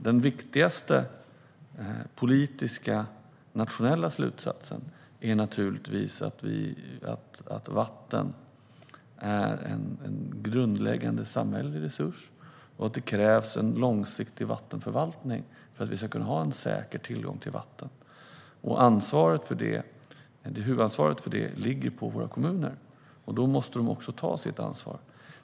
Den viktigaste politiska, nationella slutsatsen är naturligtvis att vatten är en grundläggande samhällelig resurs och att det krävs en långsiktig vattenförvaltning för att vi ska kunna ha en säker tillgång till vatten. Huvudansvaret för det ligger på våra kommuner, och då måste de också ta sitt ansvar.